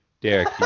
Derek